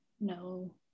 No